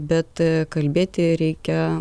bet kalbėti reikia